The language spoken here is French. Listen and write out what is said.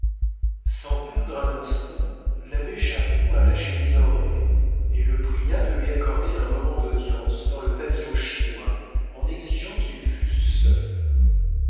sans perdre un instant l'abbé chaperon alla chez minoret et le pria de lui accorder un moment d'audience dans le pavillon chinois en exigeant qu'ils fussent seuls